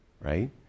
right